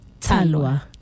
Talua